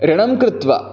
ऋणं कृत्वा